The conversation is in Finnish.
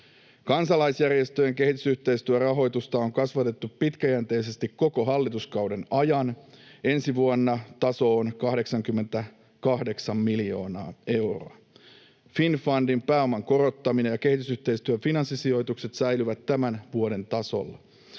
Kansalaisjärjestöjen kehitysyhteistyörahoitusta on kasvatettu pitkäjänteisesti koko hallituskauden ajan. Ensi vuonna taso on 88 miljoonaa euroa. Finnfundin pääoman korottaminen ja kehitysyhteistyön finanssisijoitukset säilyvät tämän vuoden tasolla.